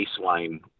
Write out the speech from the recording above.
baseline